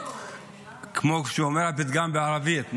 כמו שאומר הפתגם בערבית,